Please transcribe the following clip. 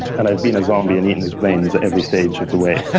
and i've been a zombie and eaten his brains every stage of the way.